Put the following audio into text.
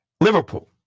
Liverpool